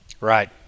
Right